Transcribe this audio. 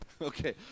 Okay